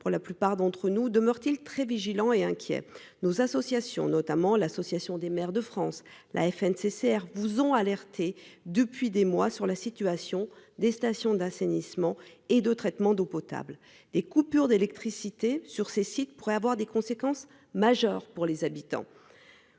pour la plupart d'entre nous demeure-t-il très vigilant et inquiet. Nos associations notamment l'Association des maires de France, la Fnccr vous ont alerté depuis des mois sur la situation des stations d'assainissement et de traitement d'eau potable. Des coupures d'électricité sur ces sites pourraient avoir des conséquences majeures pour les habitants.